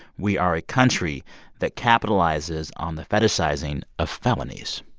we are a country that capitalizes on the fetishizing of felonies.